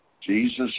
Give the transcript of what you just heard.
Jesus